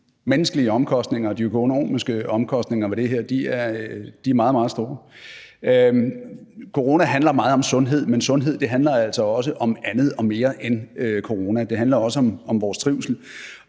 omkostninger og de økonomiske omkostninger ved det her er meget, meget store. Corona handler meget om sundhed, men sundhed handler altså også om andet og mere end corona. Det handler også om vores trivsel.